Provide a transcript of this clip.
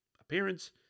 appearance